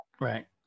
right